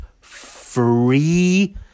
free